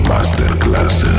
Masterclass